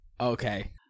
Okay